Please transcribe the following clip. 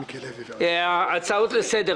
הצעות לסדר.